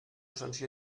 sanció